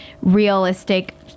realistic